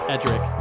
Edric